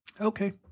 Okay